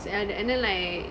and then like